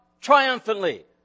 triumphantly